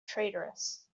traitorous